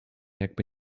jakby